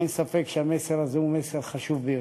אין ספק שהמסר הזה הוא מסר חשוב ביותר.